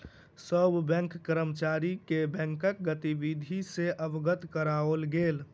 सभ बैंक कर्मचारी के बैंकक गतिविधि सॅ अवगत कराओल गेल